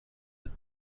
that